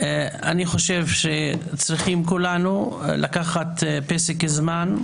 אני חושב שצריכים כולנו לקחת פסק זמן,